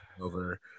over